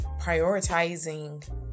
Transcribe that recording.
prioritizing